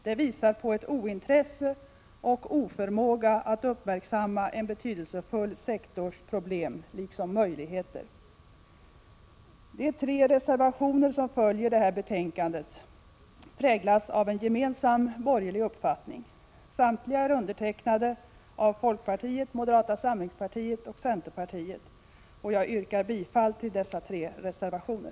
Det visar på ointresse och oförmåga att uppmärksamma en betydelsefull sektors problem liksom dess möjligheter. De tre reservationer som följer detta betänkande präglas av en gemensam borgerlig uppfattning. Samtliga är undertecknade av folkpartiets, moderata samlingspartiets och centerpartiets representanter i utskottet. Jag yrkar bifall till dessa tre reservationer.